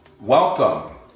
Welcome